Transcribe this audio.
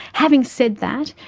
having said that,